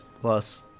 Plus